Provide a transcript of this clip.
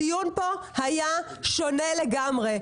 הדיון פה היה שונה לגמרי.